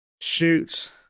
Shoot